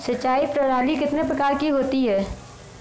सिंचाई प्रणाली कितने प्रकार की होती है?